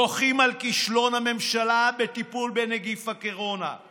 הם מוחים על כישלון הממשלה בטיפול בנגיף הקורונה.